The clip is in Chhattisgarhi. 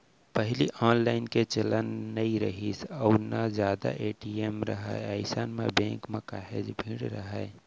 पहिली ऑनलाईन के चलन नइ रिहिस अउ ना जादा ए.टी.एम राहय अइसन म बेंक म काहेच भीड़ राहय